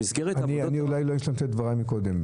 במסגרת עבודות --- אולי לא השלמתי את דבריי מקודם.